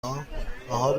ها، نهار